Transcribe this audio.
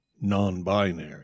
non-binary